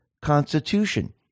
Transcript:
constitution